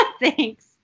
Thanks